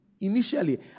initially